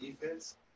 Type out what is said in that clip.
defense